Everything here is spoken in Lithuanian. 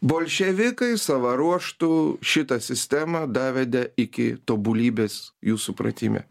bolševikai sava ruožtu šitą sistemą davedė iki tobulybės jų supratime